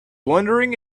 wondering